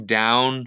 down